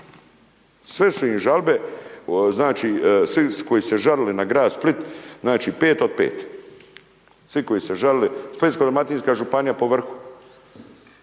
Sve su im žalbe znači, znači svi koji su se žalili na grad Split, znači 5 od 5. Svi koji su se žalili. Splitsko-dalmatinska županija pri vrhu.